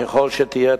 ככל שתהיה,